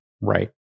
Right